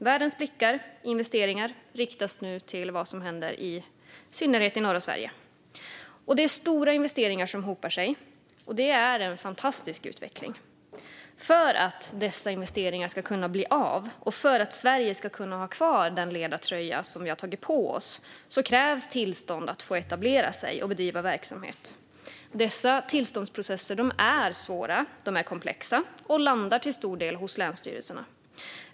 Världens blickar och investeringar riktas nu mot vad som händer i synnerhet i norra Sverige. Det är stora investeringar som hopar sig, och det är en fantastisk utveckling. För att dessa investeringar ska kunna bli av och för att Sverige ska kunna ha kvar den ledartröja som vi har tagit på oss krävs tillstånd att få etablera sig och bedriva verksamhet. Dessa tillståndsprocesser är svåra och komplexa, och de landar till stor del hos länsstyrelserna.